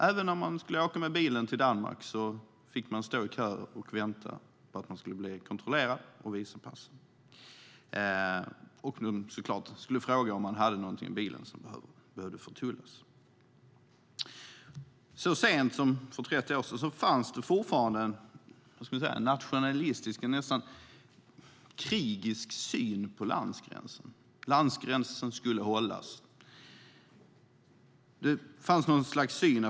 Även när man skulle åka med bilen till Danmark fick man stå i kö och vänta på att bli kontrollerad och visa pass och fick så klart frågan om man hade någonting i bilen som behövde förtullas. Så sent som för 30 år sedan fanns det fortfarande en nationalistisk, nästan krigisk, syn på landgränsen. Landgränsen skulle hållas.